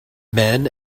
men